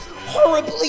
horribly